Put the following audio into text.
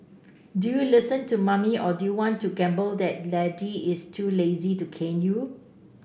do you listen to mommy or do you want to gamble that daddy is too lazy to cane you